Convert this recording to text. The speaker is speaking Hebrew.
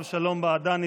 הרב שלום בעדני,